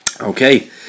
Okay